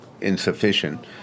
insufficient